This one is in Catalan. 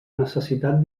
necessitat